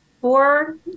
four